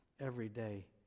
everyday